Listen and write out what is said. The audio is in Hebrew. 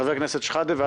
חבר הכנסת שחאדה, בבקשה.